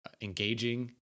engaging